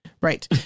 Right